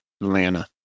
Atlanta